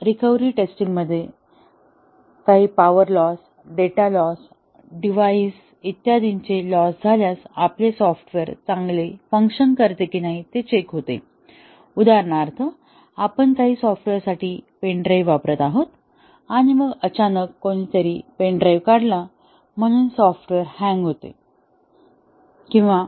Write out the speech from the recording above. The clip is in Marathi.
तर रिकव्हरी टेस्टिंग मध्ये काही power loss data loss device इत्यादीचे लॉस झाल्यास आपले सॉफ्टवेअर चांगले फंक्शन करते की नाही ते चेक होते उदाहरणार्थ आपण काही सॉफ्टवेअरसाठी पेन ड्राइव्ह वापरत आहोत आणि मग अचानक कोणीतरी पेन ड्राईव्ह काढला म्हणून सॉफ्टवेअर हँग होते किंवा